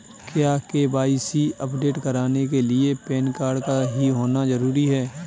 क्या KYC update कराने के लिए पैन कार्ड का ही होना जरूरी है?